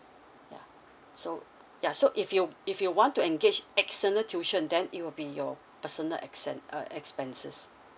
yeah so yeah so if you if you want to engage external tuition then it will be your personal expen~ uh personal expenses